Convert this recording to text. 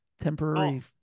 temporary